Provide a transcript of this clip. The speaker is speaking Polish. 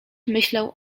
myślał